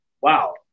wow